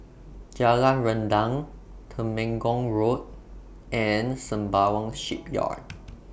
Jalan Rendang Temenggong Road and Sembawang Shipyard